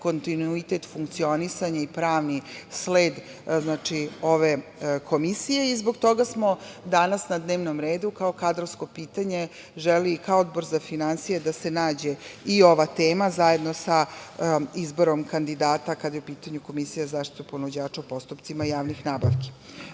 kontinuitet funkcionisanja i pravni sled ove komisije. Zbog toga smo danas na dnevnom redu kao kadrovsko pitanje želeli kao Odbor za finansije da se nađe i ova tema zajedno sa izborom kandidata kada je u pitanju Komisija za zaštitu ponuđača u postupcima javnih nabavki. Mi